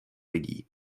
lidí